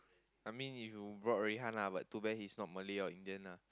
I mean if you brought Rui-Han lah but too bad he is not Malay or Indian ah